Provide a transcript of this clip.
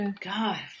God